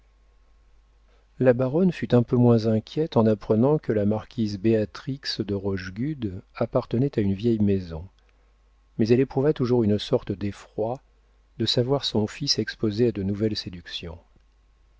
la baronne fut un peu moins inquiète en apprenant que la marquise béatrix de rochegude appartenait à une vieille maison mais elle éprouva toujours une sorte d'effroi de savoir son fils exposé à de nouvelles séductions